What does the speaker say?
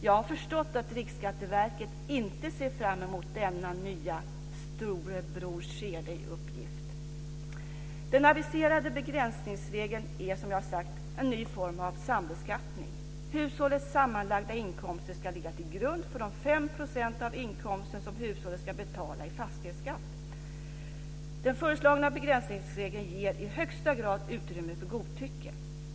Jag har förstått att Riksskatteverket inte ser fram emot denna nya storebror-ser-dig-uppgift. Den aviserade begränsningsregeln är som sagt en ny form av sambeskattning. Hushållets sammanlagda inkomster ska ligga till grund för de 5 % av inkomsten som hushållet ska betala i fastighetsskatt. Den föreslagna begränsningsregeln ger i högsta grad utrymme för godtycke.